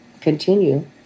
continue